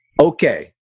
Okay